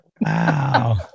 Wow